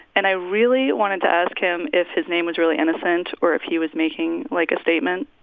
and i really wanted to ask him if his name was really innocent or if he was making, like, a statement